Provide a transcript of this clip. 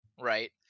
right